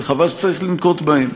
וחבל שצריך לנקוט אותם.